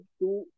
two